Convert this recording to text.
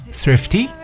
thrifty